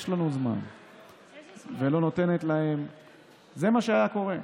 זה מה שהיה קורה.